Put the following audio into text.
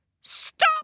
Stop